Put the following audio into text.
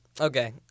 okay